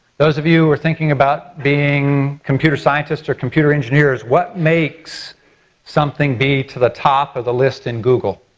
those of you who are thinking about being computer scientists or computer engineers, what makes something be to the top of the list in google?